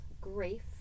grief